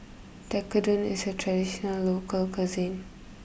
Tekkadon is a traditional local cuisine